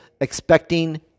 expecting